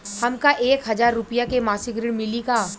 हमका एक हज़ार रूपया के मासिक ऋण मिली का?